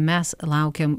mes laukiam